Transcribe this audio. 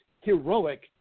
heroic